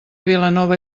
vilanova